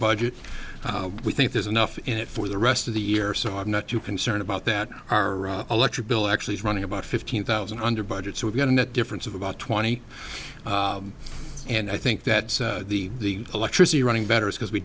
budget we think there's enough in it for the rest of the year so i'm not too concerned about that our electric bill actually is running about fifteen thousand under budget so we've got a net difference of about twenty and i think that the electricity running better is because we